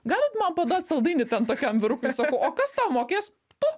galit man paduot saldainių ten tokiam vyrukui sakau o kas tau mokės tu